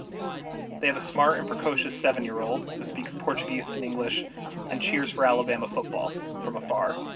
but they have a smart and precocious seven-year-old who speaks portuguese and english and cheers for alabama football from afar.